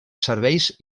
serveis